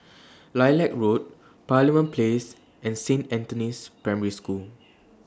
Lilac Road Parliament Place and Saint Anthony's Primary School